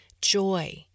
Joy